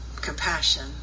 compassion